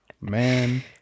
man